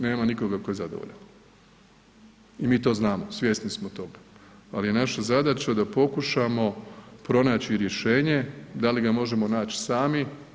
Nema nikoga tko je zadovoljan i mi to znamo, svjesni smo toga, ali je naša zadaća da pokušamo pronaći rješenje da li ga možemo naći sami.